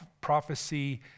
prophecy